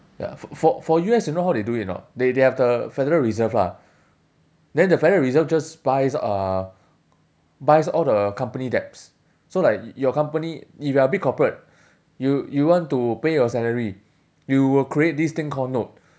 ya for for for U_S you know how they do it or not they they have the federal reserve lah then the federal reserve just buys uh buys all the company debts so like your company if you are a big corporate you you want to pay your salary you will create this thing called note